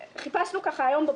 לא ביקשנו צו ארעי על הדיון הזה.